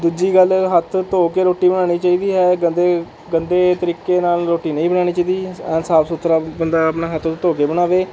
ਦੂਜੀ ਗੱਲ ਹੱਥ ਧੋ ਕੇ ਰੋਟੀ ਬਣਾਉਣੀ ਚਾਹੀਦੀ ਹੈ ਗੰਦੇ ਗੰਦੇ ਤਰੀਕੇ ਨਾਲ ਰੋਟੀ ਨਹੀਂ ਬਣਾਉਣੀ ਚਾਹੀਦੀ ਐਨ ਸਾਫ ਸੁਥਰਾ ਬੰਦਾ ਆਪਣਾ ਹੱਥ ਧੋ ਕੇ ਬਣਾਵੇ